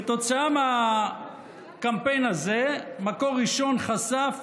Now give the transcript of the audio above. כתוצאה מהקמפיין הזה מקור ראשון חשף